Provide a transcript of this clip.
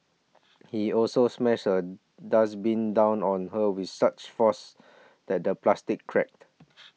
he also smashed a dustbin down on her with such force that the plastic cracked